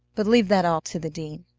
but leave that all to the dean.